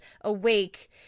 Awake